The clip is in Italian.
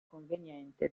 conveniente